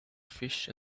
fish